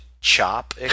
Chop